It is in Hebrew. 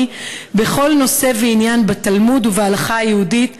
בכל נושא ועניין בתלמוד ובהלכה היהודית,